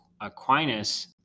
Aquinas